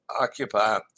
occupy